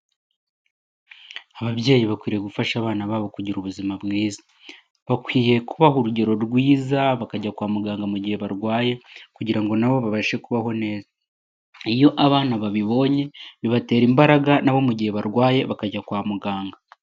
Ababyeyi bakwiriye gufasha abana babo kugira ubuzima bwiza. Bakwiye kubaha urugero rwiza, bakajya kwa muganga mu gihe barwaye kugira na bo babashe kubaho neza. Iyo abana babibonye bibatera imbaraga na bo mu gihe barwaye bakajya kwa muganga.